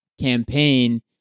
campaign